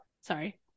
sorry